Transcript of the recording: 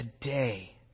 today